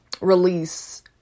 release